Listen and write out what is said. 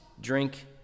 drink